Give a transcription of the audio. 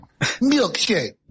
milkshake